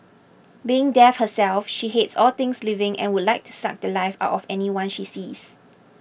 being death herself she hates all things living and would like to suck the Life out of anyone she sees